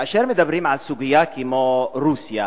כאשר מדברים על סוגיה כמו רוסיה,